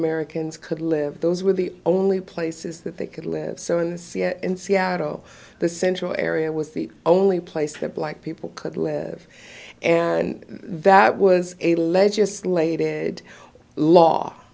americans could live those were the only places that they could live so in ca in seattle the central area was the only place where black people could live and that was a legislated law